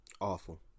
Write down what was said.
Awful